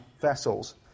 vessels